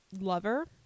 Lover